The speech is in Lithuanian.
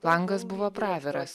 langas buvo praviras